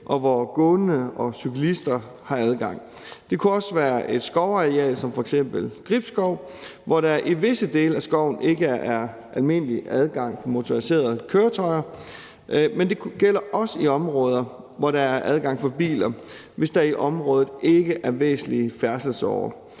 og hvor gående og cyklister har adgang. Det kunne også være et skovareal som f.eks. Gribskov, hvor der i visse dele af skoven ikke er almindelig adgang for motoriserede køretøjer. Men det gælder også i områder, hvor der er adgang for biler, hvis der i området ikke er væsentlige færdselsårer.